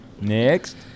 Next